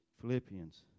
Philippians